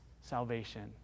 salvation